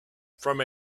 from